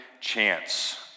chance